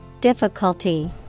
Difficulty